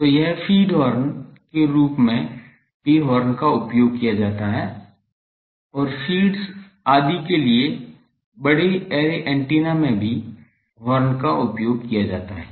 तो एक feed horn के रूप में भी हॉर्न का उपयोग किया जाता है और फीड्स आदि के लिए बड़े ऐरे एंटीना में भी हॉर्न का उपयोग किया जाता है